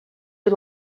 you